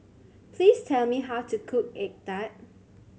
please tell me how to cook egg tart